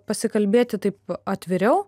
pasikalbėti taip atviriau